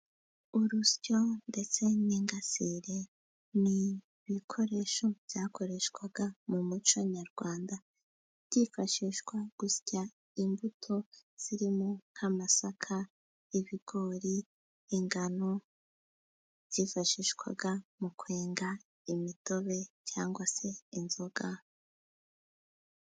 Urusyo ndetse n'ingasire ni ibikoresho byakoreshwaga mu muco nyarwanda, byifashishwa gusya imbuto zirimo nk'amasaka, ibigori ingano, byifashishwaga mu kwenga imitobe cyangwa se inzoga.